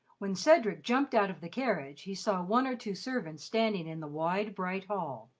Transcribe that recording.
when cedric jumped out of the carriage he saw one or two servants standing in the wide, bright hall,